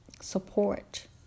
support